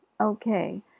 Okay